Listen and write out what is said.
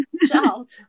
child